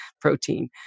protein